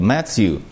Matthew